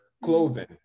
clothing